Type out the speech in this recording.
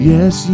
Yes